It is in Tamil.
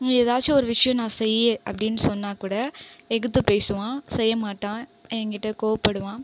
ஏதாச்சும் ஒரு விஷயம் நான் செய் அப்படின்னு சொன்னால் கூட எதித்து பேசுவான் செய்ய மாட்டான் ஏங்கிட்ட கோவப்படுவான்